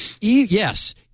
Yes